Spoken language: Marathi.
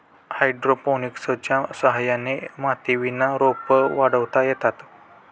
हायड्रोपोनिक्सच्या सहाय्याने मातीविना रोपं वाढवता येतात